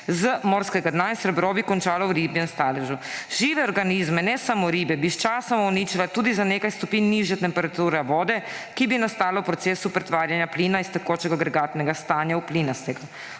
z morskega dna; in živo srebro bi končalo v ribjem staležu. Žive organizme, ne samo ribe, bi sčasoma uničila tudi za nekaj stopinj nižja temperature vode, ki bi nastala v procesu pretvarjanja plina iz tekočega agregatnega stanja v plinasto.